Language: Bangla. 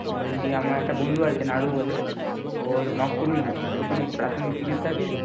বলছি আমার একটা বন্ধু আছে নাড়ু বলে ওর নখকুনি হয় ওর কোনো প্রাথমিক চিকিৎসা আছে কি